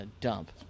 dump